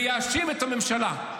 ויאשים את הממשלה.